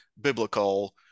biblical